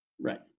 Right